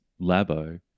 Labo